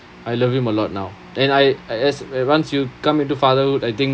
I love him a lot now and I I as once you come into fatherhood I think